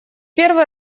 первый